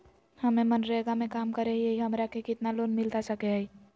हमे मनरेगा में काम करे हियई, हमरा के कितना लोन मिलता सके हई?